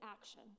action